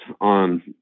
on